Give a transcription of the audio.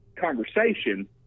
conversation